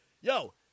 Yo